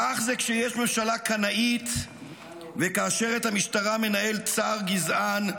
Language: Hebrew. כך זה כשיש ממשלה קנאית וכאשר את המשטרה מנהל שר גזען,